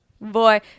boy